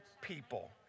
people